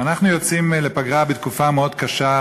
אנחנו יוצאים לפגרה בתקופה מאוד קשה,